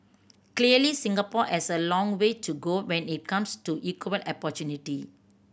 clearly Singapore has a long way to go when it comes to equal opportunity